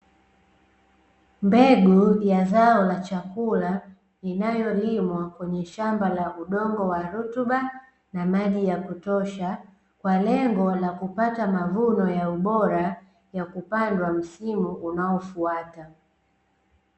Mbegu ya zao la chakula, inayolimwa kwenye shamba la udongo wa rutuba na maji ya kutosha, kwa lengo la kupata mavuno ya ubora ya kupandwa msimu unaofuata.